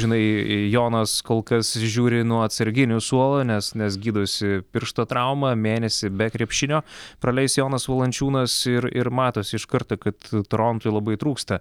žinai jonas kol kas žiūri nuo atsarginių suolo nes nes gydosi piršto traumą mėnesį be krepšinio praleis jonas valančiūnas ir ir matosi iš karto kad torontui labai trūksta